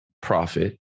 profit